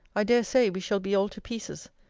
i dare say, we shall be all to pieces.